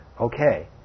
Okay